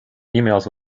emails